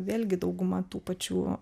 vėlgi dauguma tų pačių